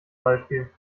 beispiel